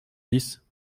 dix